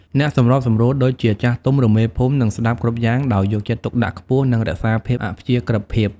អ្នកសម្របសម្រួល ដូចជា ចាស់ទុំ ឬ មេភូមិ នឹងស្តាប់គ្រប់យ៉ាងដោយយកចិត្តទុកដាក់ខ្ពស់ និងរក្សាភាពអព្យាក្រឹត្យភាព។